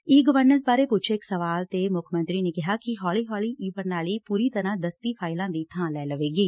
ਈ governance ਬਾਰੇ ਪੁੱਛੇ ਇਕ ਸਵਾਲ ਤੇ ਮੁੱਖ ਮੰਤਰੀ ਨੇ ਕਿਹਾ ਕਿ ਹੋਲੀ ਹੋਲੀ ਈ ਪ੍ਰਣਾਲੀ ਪੁਰੀ ਤਰਾਂ ਦਸਤੀ ਫਾਈਲਾਂ ਦੀ ਥਾਂ ਲੈ ਲਵੇਗੀ